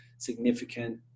significant